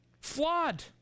Flawed